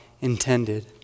intended